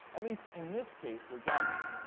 at least in this case, with zombies.